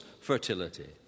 fertility